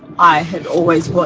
i had always